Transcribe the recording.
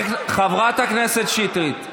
אתם לא מתביישים, חברת הכנסת שטרית.